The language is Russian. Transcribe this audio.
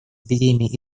эпидемией